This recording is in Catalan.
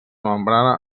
membrana